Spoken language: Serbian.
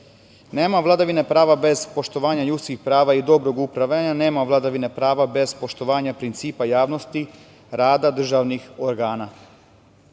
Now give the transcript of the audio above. vladavine prava bez poštovanja ljudskih prava i dobrog upravljanja. Nema vladavine prava bez poštovanja principa javnosti rada državnih organa. Da